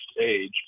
age